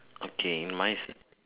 okay mine